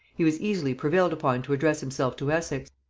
he was easily prevailed upon to address himself to essex.